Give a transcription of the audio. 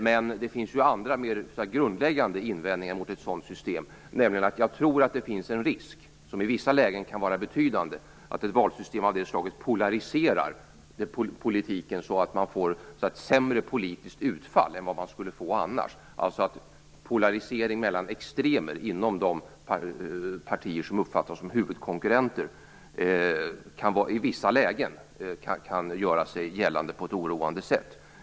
Men det finns andra mer grundläggande invändningar mot ett sådant system, nämligen att jag tror att det finns en risk - som i vissa lägen kan vara betydande - att ett valsystem av det slaget polariserar politiken så att det blir ett sämre politiskt utfall än vad det skulle bli annars. Det blir en polarisering mellan extremer inom de partier som uppfattas som huvudkonkurrenter, och det kan i vissa lägen göra sig gällande på ett oroande sätt.